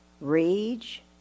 rage